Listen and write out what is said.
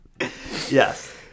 Yes